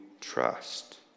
trust